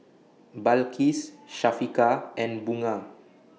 Balqis Syafiqah and Bunga